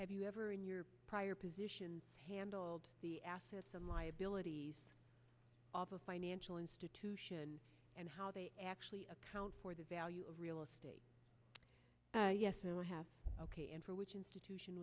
have you ever in your prior position handled the assets and liabilities of a financial institution and how they actually account for the value of real estate yes no i have ok and for which institution